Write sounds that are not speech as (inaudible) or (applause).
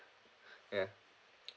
(breath) ya